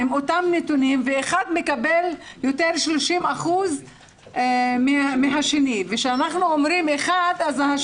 עם אותם נתונים אחד מקבל 30 אחוזים שכר יותר מאשר מקבל השני.